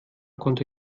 konnte